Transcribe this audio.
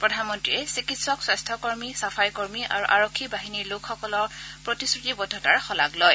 প্ৰধানমন্ত্ৰীয়ে চিকিৎসক স্বাস্থকৰ্মী চাফাই কৰ্মী আৰু আৰক্ষী বাহিনীৰ লোকসকলৰ প্ৰতিশ্ৰতিবদ্ধতাৰ শলাগ লয়